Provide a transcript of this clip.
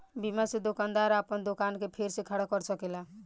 बीमा से दोकानदार आपन दोकान के फेर से खड़ा कर सकेला